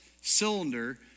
cylinder